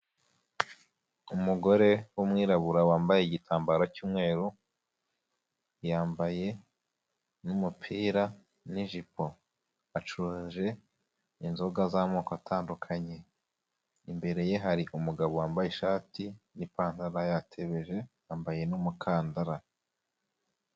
Umugore w'umwirabura wambaye igitambaro cy'umweru, yambaye n'umupira n'jipo, acuruje inzoga z'amoko atandukanye, imbere ye hari umugabo wambaye ishati n'ipantaro aba yatebeje yambaye n'umukandara.